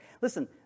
Listen